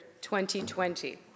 2020